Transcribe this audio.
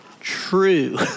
true